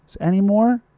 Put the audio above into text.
anymore